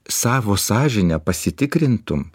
savo sąžine pasitikrintum